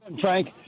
Frank